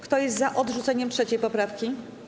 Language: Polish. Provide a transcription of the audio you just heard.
Kto jest za odrzuceniem 3. poprawki?